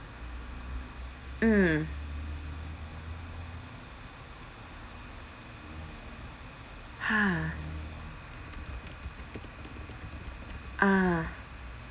mm ha ah